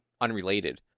unrelated